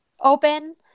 open